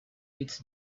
its